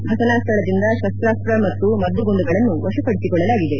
ಘಟನಾ ಸ್ವಳದಿಂದ ಶಸ್ತಾಸ್ತ ಮತ್ತು ಮದ್ದುಗುಂಡುಗಳನ್ನು ವಶಪಡಿಸಿಕೊಳ್ಳಲಾಗಿದೆ